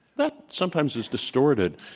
that sometimes is distorted.